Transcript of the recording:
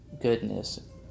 goodness